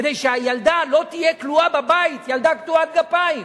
כדי שהילדה לא תהיה כלואה בבית, ילדה קטועת גפיים.